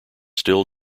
still